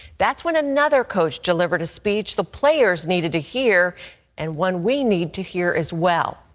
that's when another coach delivered a speech the players needed to hear and one we need to hear as well.